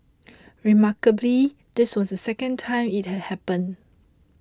remarkably this was the second time it had happened